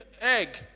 egg